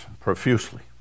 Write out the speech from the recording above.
profusely